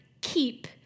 keep